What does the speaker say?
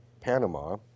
Panama